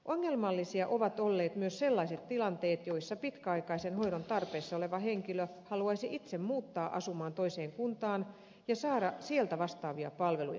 ongelmallisia ovat olleet myös sellaiset tilanteet joissa pitkäaikaisen hoidon tarpeessa oleva henkilö haluaisi itse muuttaa asumaan toiseen kuntaan ja saada sieltä vastaavia palveluja